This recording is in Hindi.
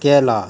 कैलाश